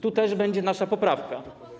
Tu też będzie nasza poprawka.